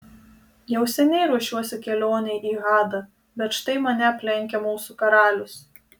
jau seniai ruošiuosi kelionei į hadą bet štai mane aplenkia mūsų karalius